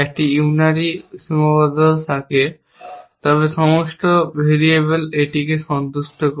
একটি unary সীমাবদ্ধতা থাকে তবে সমস্ত ভেরিয়েবল এটিকে সন্তুষ্ট করে